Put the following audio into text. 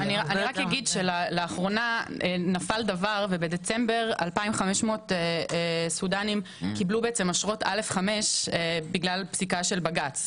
לאחרונה נפל דבר ובדצמבר 2,500 סודנים קיבלו אשרות א'5 בגלל פסיקת בג"ץ.